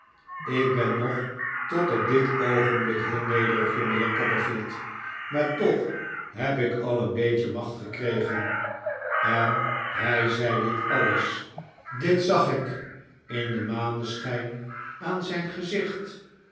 ik ben nog tot op dit oogenblik heel nederig jongeheer copperfield maar toch heb ik al een beetje macht gekregen en hij zei dit alles dit zag ik in den maneschijn aan zijn gezicht